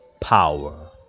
Power